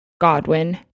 Godwin